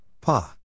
Pa